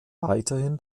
weiterhin